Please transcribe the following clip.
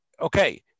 okay